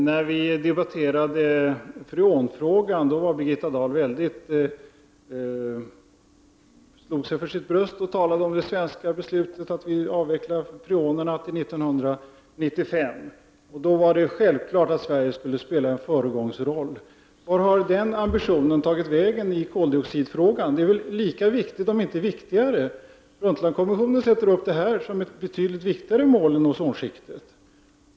Herr talman! När freonfrågan diskuterades slog sig Birgitta Dail för sitt bröst och talade om det svenska beslutet att avveckla freonerna till 1995. Då var det självklart att Sverige skulle spela en föregångsroll. Vart har den ambitionen tagit vägen när det gäller koldioxidfrågan? Denna är lika viktig, om inte viktigare. Brundtlandkommissionen sätter upp den som ett betydligt viktigare mål än frågan om ozonskiktet.